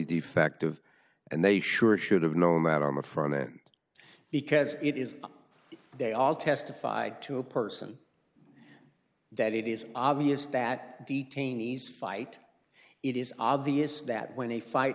defective and they sure should have known that on the front end because it is they all testified to a person that it is obvious that detainees fight it is obvious that when a fight